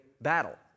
battle